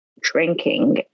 Drinking